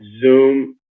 Zoom